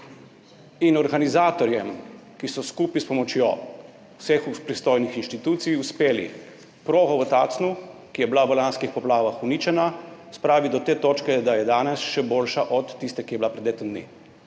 in organizatorjem, ki so skupaj s pomočjo vseh pristojnih inštitucij uspele progo v Tacnu, ki je bila v lanskih poplavah uničena, spraviti do te točke, da je danes še boljša od tiste, ki je bila pred letom dni.